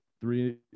three